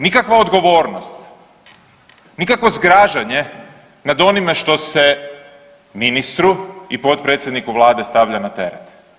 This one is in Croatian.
Nikakva odgovornost, nikakvo zgražanje nad onime što se ministru i potpredsjedniku Vlade stavlja na teret.